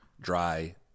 dry